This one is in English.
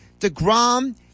DeGrom